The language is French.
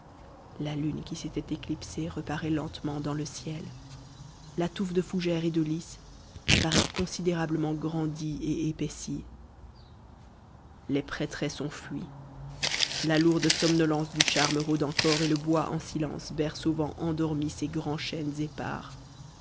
la lune éclipsle m lentement ciel la w m lys a mmm f mmt wmm m mw myrdhinn les prétresses ont fui la lourde somnolence du charme rôde encore et le bois en silence berce au vent endormi ses grands chênes